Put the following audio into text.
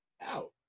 out